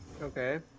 Okay